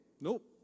Nope